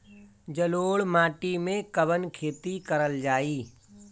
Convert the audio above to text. जलोढ़ माटी में कवन खेती करल जाई?